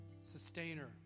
Sustainer